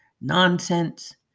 nonsense